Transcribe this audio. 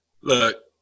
Look